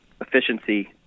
efficiency